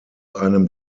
einem